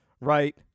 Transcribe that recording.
right